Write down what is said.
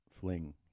fling